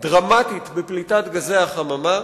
ודרמטית בפליטת גזי החממה.